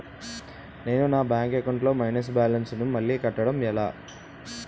నేను నా bank account లొ మైనస్ బాలన్స్ ను మళ్ళీ కట్టడం ఎలా?